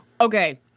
Okay